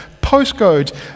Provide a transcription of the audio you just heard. postcodes